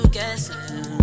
guessing